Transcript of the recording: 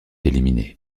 éliminée